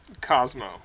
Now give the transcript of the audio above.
cosmo